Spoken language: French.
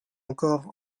encore